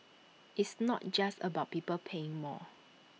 it's not just about people paying more